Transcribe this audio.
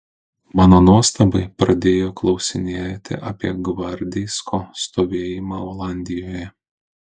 mano nuostabai pradėjo klausinėti apie gvardeisko stovėjimą olandijoje